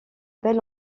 bel